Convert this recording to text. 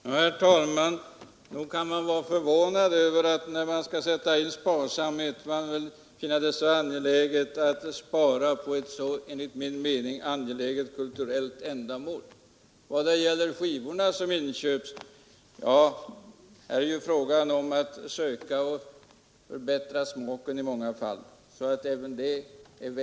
Herr talman! Nog kan det kännas förvånande att man, när man skall sätta in sparsamhetskravet, gör det på ett enligt min mening så angeläget kulturellt ändamål. Vad gäller de skivor som inköps är det ju i många fall fråga om att försöka förbättra smaken. Även detta är ett vällovligt syfte.